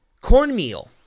cornmeal